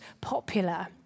popular